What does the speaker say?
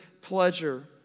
pleasure